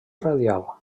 radial